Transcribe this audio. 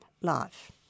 life